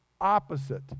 opposite